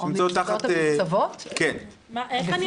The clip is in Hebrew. כרגע הם